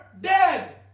Dead